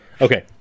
Okay